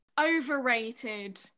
overrated